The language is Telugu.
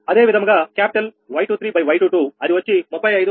అదే విధముగా క్యాపిటల్ 𝑌23𝑌22 అది వచ్చి 35